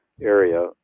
area